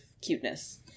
cuteness